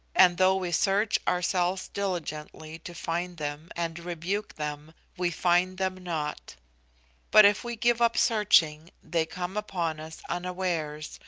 and though we search ourselves diligently to find them and rebuke them, we find them not but if we give up searching they come upon us unawares,